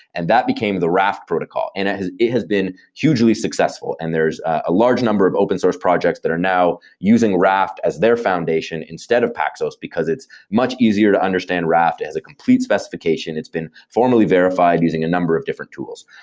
and that became the raft protocol, and it has it has been hugely successful and there's a large number of open source projects that are now using raft as their foundation instead of paxos, because it's much easier to understand raft. it has a complete specification. it's been formally verified using a number of different tools.